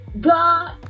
God